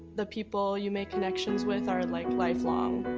the people you make connections with are like lifelong.